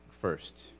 first